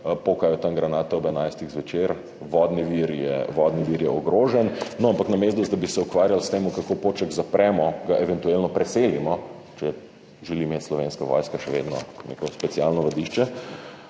pokajo granate ob enajstih zvečer, vodni vir je ogrožen. No ampak namesto da bi se ukvarjali s tem, kako Poček zapremo, ga eventualno preselimo, če želi imeti Slovenska vojska še vedno neko specialno vadišče,